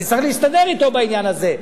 תצטרך להסתדר אתו בעניין הזה,